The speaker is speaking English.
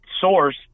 source